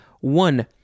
One